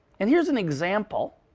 and here's an example,